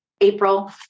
April